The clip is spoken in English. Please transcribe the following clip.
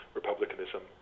republicanism